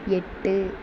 எட்டு